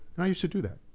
and i used to do that.